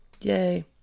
yay